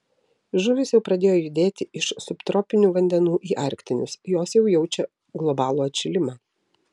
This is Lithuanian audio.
žuvys jau pradėjo judėti iš subtropinių vandenų į arktinius jos jau jaučia globalų atšilimą